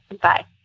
Bye